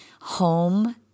Home